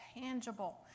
tangible